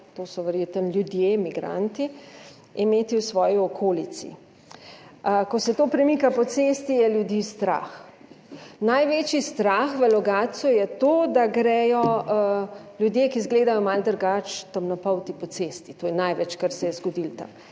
to so verjetno ljudje, migranti, imeti v svoji okolici, ko se to premika po cesti, je ljudi strah. Največji strah v Logatcu je to, da grejo ljudje, ki izgledajo malo drugače, temnopolti, po cesti. To je največ kar se je zgodilo tam.